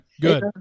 good